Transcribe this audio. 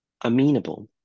amenable